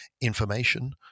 information